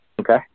Okay